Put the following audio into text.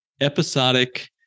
episodic